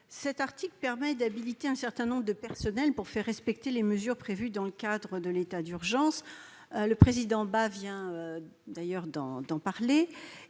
L'article 5 permet d'habiliter un certain nombre de personnels pour faire respecter les mesures prévues dans le cadre de l'état d'urgence, Philippe Bas vient d'en parler.